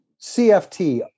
CFT